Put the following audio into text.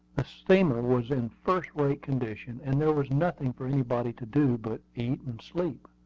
the steamer was in first-rate condition, and there was nothing for anybody to do but eat and sleep.